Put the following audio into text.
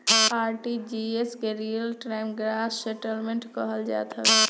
RTGS के real time gross settlement कहल जात हवे